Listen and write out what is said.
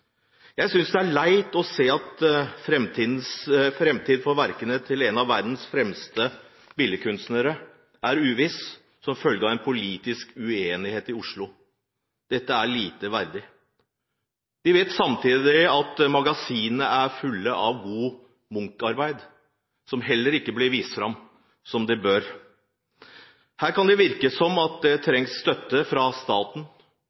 Jeg synes det er leit å se at framtiden for verkene til en av verdens fremste billedkunstnere er uviss som følge av en politisk uenighet i Oslo. Dette er lite verdig. Vi vet samtidig at magasinene er fulle av gode Munch-arbeider, som heller ikke blir vist fram som de bør. Her kan det virke som om det trengs støtte fra staten,